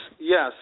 yes